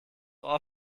ohr